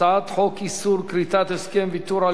הצעת חוק איסור כריתת הסכם ויתור על